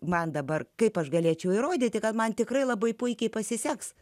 man dabar kaip aš galėčiau įrodyti kad man tikrai labai puikiai pasiseks